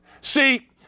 See